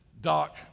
Doc